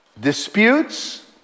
Disputes